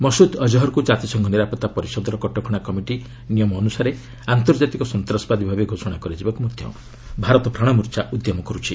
ମସୁଦ୍ ଅଜ୍ହର୍କୁ କାତିସଂଘ ନିରାପଭା ପରିଷଦର କଟକଣା କମିଟି ନିୟମ ଅନୁସାରେ ଆନ୍ତର୍ଜାତିକ ସନ୍ତାସବାଦୀ ଭାବେ ଘୋଷଣା କରାଯିବାକୁ ମଧ୍ୟ ଭାରତ ପ୍ରାଣମୁର୍ଚ୍ଛା ଉଦ୍ୟମ କରୁଛି